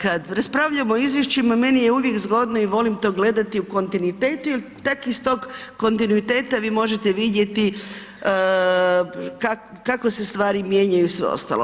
Kad raspravljamo o izvješćima, meni je uvijek zgodno i volim to gledati u kontinuitetu jer tek iz tog kontinuiteta vi možete vidjeti kako se stvari mijenjaju i sve ostalo.